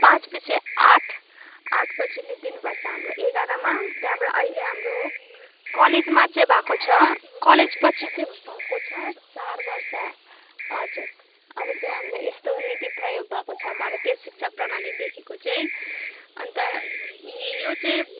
पाँचपिछे आठ आठपछिले दिनु पर्छ हाम्रो एघारमा त्यहाँबाट अहिले हाम्रो कलेजमा चाहिँ भएको छ कलेजपछि चाहिँ भएको छ चारवर्ष हजुर अब चाहिँ हामीले यस्तो नीति प्रयोग भएको छ भरतीय शिक्षा प्रणालीदेखिको चाहिँ अन्त यो चाहिँ